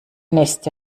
nächste